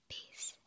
Peace